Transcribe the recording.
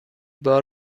بار